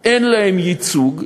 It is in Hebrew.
אין להן ייצוג,